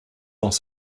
dans